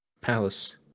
palace